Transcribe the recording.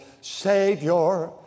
Savior